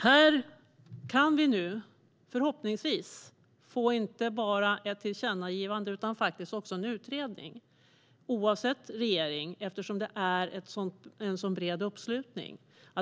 Här kan vi nu förhoppningsvis få inte bara ett tillkännagivande utan också en utredning, oavsett regering, eftersom det finns en så bred uppslutning.